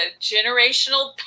generational